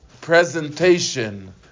presentation